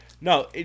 No